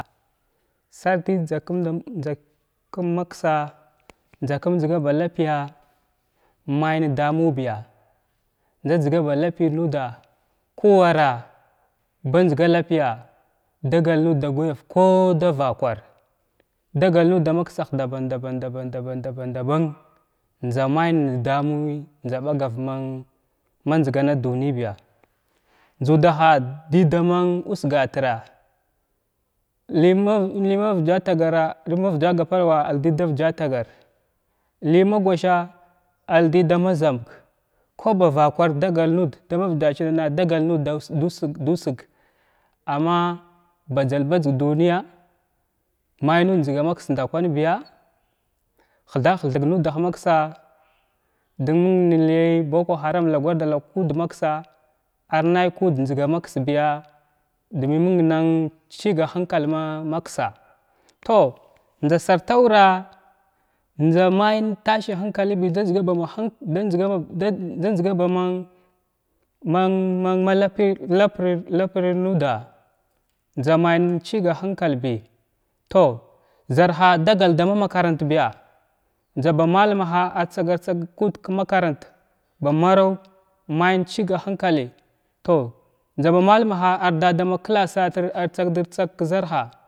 Sarti njzakum njzak njzakum maksa njzakum njzga ba lapiya may damul biya njza njzga lapiya dagal nuda dagyar ko davakwar dagal nud dama ksah daɓan daɓan daɓan daɓan njza may damu bagar man ma njzgana dunuɓiya njzudaha di daman vsgatirra ləy man ləy man vgyatagara ləy vgyagapalva ardi da vgyatagara ləy ma ma gosha ardi dama zambag ku vakar dagal nud dama vaya chimana dagal nud dau usg duusg amma bajzal bajzg duniya may nud njzga maks ndakwanbiya htha, hthag nudah maksa din məngləy bokko haram lagwa da lag kud maksa ar nay kud njzga maksbiya dumi məng nan chiga hankal maksa tow njza sarta wuwa’a njzamay tashi hankali bi njza njzga bama hang njza njzga baman man man lapiy lapir lapir muda njza may chiga hənkalbi tov zarha adagal dama marantbiya njzaba malam maha rv tsagatsag kud ka maranta ba maraw may chiga lənkaləy tow malam maha ardada ma class a tir ar tsag tratsag ka zarha.